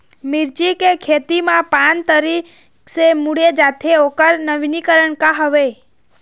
मिर्ची के खेती मा पान तरी से मुड़े जाथे ओकर नवीनीकरण का हवे?